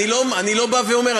אני לא בא ואומר,